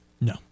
No